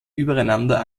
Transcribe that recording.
übereinander